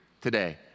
today